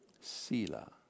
Sila